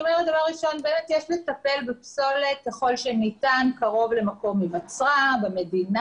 היא אומרת שיש לטפל בפסולת ככל שניתן קרוב למקום היווצרה ובמדינה.